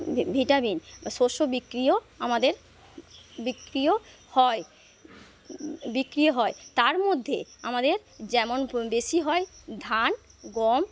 V vitamin শস্য বিক্রিও আমাদের বিক্রিও হয় বিক্রি হয় তার মধ্যে আমাদের যেমন প্র বেশি হয় ধান গম